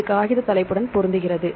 இது காகித தலைப்புடன் பொருந்துகிறது